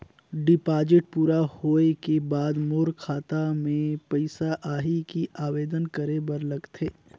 Deposit पूरा होय के बाद मोर खाता मे पइसा आही कि आवेदन करे बर लगथे?